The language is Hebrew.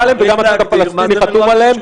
עליהם וגם הצד הפלסטיני חתום עליהם,